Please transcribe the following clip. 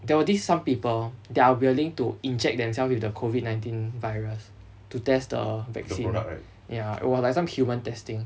there was this some people they are willing to inject themselves with the COVID nineteen virus to test the vaccine ya or like some human testing